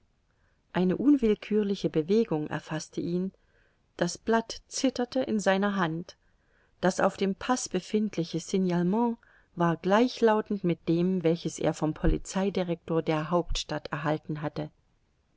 eine unwillkürliche bewegung erfaßte ihn das blatt zitterte in seiner hand das auf dem paß befindliche signalement war gleichlautend mit dem welches er vom polizeidirector der hauptstadt erhalten hatte